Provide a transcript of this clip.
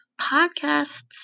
podcast's